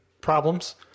problems